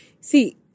see